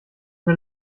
mir